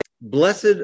blessed